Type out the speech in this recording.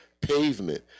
pavement